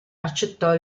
accettò